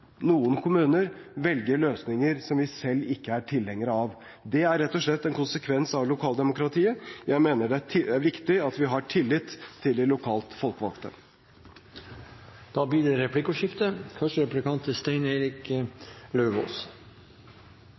noen kommuner velger løsninger som vi selv ikke er tilhengere av. Det er rett og slett en konsekvens av lokaldemokratiet. Jeg mener det er viktig at vi har tillit til de lokalt folkevalgte. Det blir replikkordskifte. Bruk av offentlige midler bør det være full åpenhet om, og mer offentlighet er